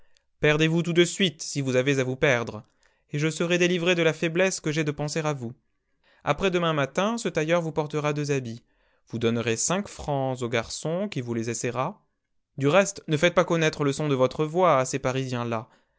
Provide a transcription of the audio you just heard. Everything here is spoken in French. perdez vous tout de suite si vous avez à vous perdre et je serai délivré de la faiblesse que j'ai de penser à vous après-demain matin ce tailleur vous portera deux habits vous donnerez cinq francs au garçon qui vous les essaiera du reste ne faites pas connaître le son de votre voix à ces parisiens là